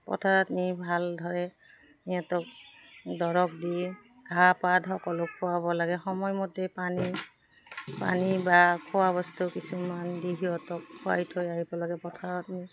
পথাৰত নি ভালদৰে সিহঁতক দৰৱ দি ঘাঁহ পাত সকলো খোৱাব লাগে সময়মতে পানী পানী বা খোৱা বস্তু কিছুমান দি সিহঁতক খুৱাই থৈ আহিব লাগে পথাৰত নি